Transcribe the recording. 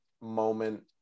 moment